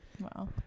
Wow